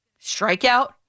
Strikeout